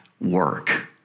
work